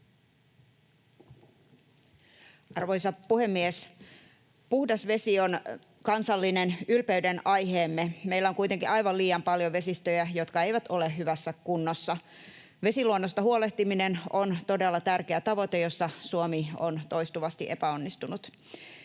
Arvoisa puhemies! Puhdas vesi on kansallinen ylpeyden aiheemme. Meillä on kuitenkin aivan liian paljon vesistöjä, jotka eivät ole hyvässä kunnossa. Vesiluonnosta huolehtiminen on todella tärkeä tavoite, jossa Suomi on toistuvasti epäonnistunut.